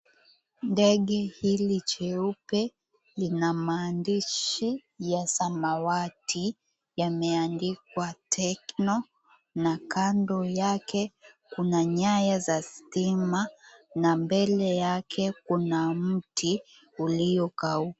Ndege hili cheupe lina maandishi ya samawati yameandikwa "Tecno" na kando yake kuna nyaya za stima na mbele yake kuna mti uliokauka.